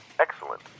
Excellent